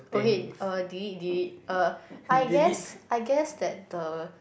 okay uh delete delete uh I guess I guess that the